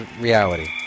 Reality